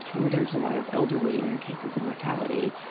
where there's a lot of elderly and cases of mortality,